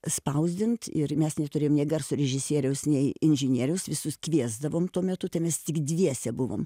spausdint ir mes neturim nė garso režisieriaus nei inžinieriaus visus kviesdavom tuo metu tai mes tik dviese buvom